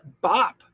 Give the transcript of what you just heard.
bop